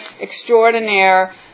extraordinaire